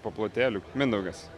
paplotėliu mindaugas